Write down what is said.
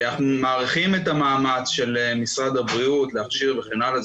אנחנו מעריכים את המאמץ של משרד הבריאות להכשיר וכן הלאה.